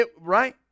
right